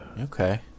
Okay